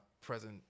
present